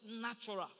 natural